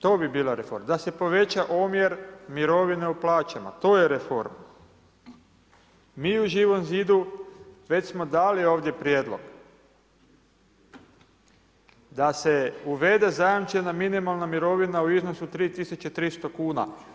To bi bila reforma, da se poveća omjer mirovine u plaćama, to je reforma, mi u Živom zidu već smo dali ovdje prijedlog, da se uvede zajamčena minimalna mirovina u iznosu od 3300 kn.